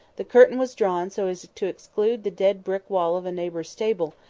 the curtain was drawn so as to exclude the dead brick wall of a neighbour's stable,